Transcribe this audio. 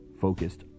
focused